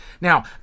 Now